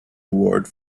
award